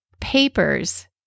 papers